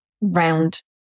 round